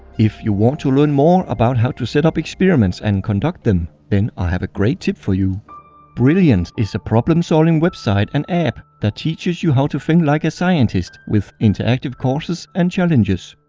if you want to learn more about how to set up experiments and conduct them then i have a great tip for you brilliant is a problem-solving website and app that teaches you how to think like a scientist with interactive courses and challenges.